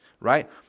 right